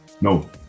No